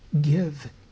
give